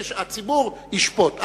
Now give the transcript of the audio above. הציבור ישפוט.